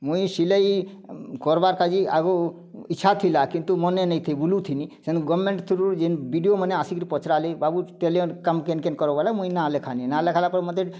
ମୁଇଁ ସିଲେଇ କର୍ବାର୍ କାଜି ଆଗୁ ଇଚ୍ଛା ଥିଲା କିନ୍ତୁ ମନେ ନେଇ ଥି ବୁଲୁ ଥିନି ସେନୁ ଗଭର୍ଣ୍ଣମେଣ୍ଟ ଥ୍ରୁରୁ ଯେନ୍ ବି ଡ଼ି ଓ ମାନେ ଆସି କି ପଚାରିଲେ ବାବୁ ଟେଲର୍ କାମ କିନ୍ କିନ୍ କର୍ବୋ ବୋଲେ ମୁଇଁ ନାଁ ଲେଖାନି ନାଁ ଲେଖାଲ ପରେ ମୋତେ